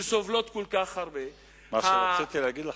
שסובלות כל כך הרבה, חבר